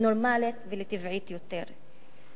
לנורמלית ולטבעית יותר.